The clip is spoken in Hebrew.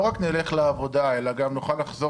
לא רק נלך לעבודה אלא נוכל גם לחזור